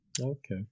Okay